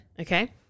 Okay